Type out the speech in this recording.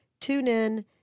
TuneIn